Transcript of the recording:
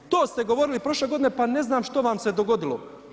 To ste govorili prošle godine pa ne znam što vam se dogodilo?